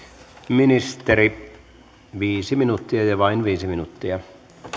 ministeri viisi minuuttia ja vain viisi minuuttia